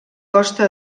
costa